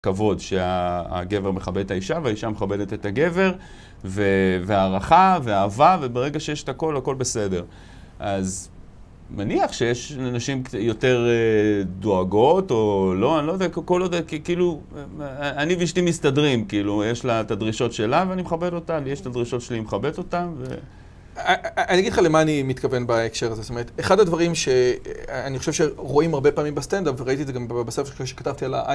כבוד שהגבר מכבד את האישה, והאישה מכבדת את הגבר, והערכה, והאהבה, וברגע שיש את הכל, הכל בסדר. אז, מניח שיש נשים יותר דואגות, או לא, אני לא יודע, כל עוד, כאילו, אני ואישתי מסתדרים, כאילו, יש לה את הדרישות שלה, ואני מכבד אותה, לי יש את הדרישות שלי, והיא מכבדת אותן, ו... אני אגיד לך למה אני מתכוון בהקשר הזה, זאת אומרת, אחד הדברים שאני חושב שרואים הרבה פעמים בסטנדאפ, וראיתי את זה גם בסוף, כאילו, כשכתבתי על ה...